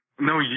No